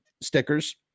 Stickers